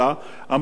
ואמרו: לא,